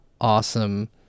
awesome